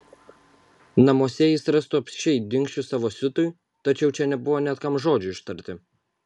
namuose jis rastų apsčiai dingsčių savo siutui tačiau čia nebuvo net kam žodžio ištarti